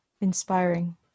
inspiring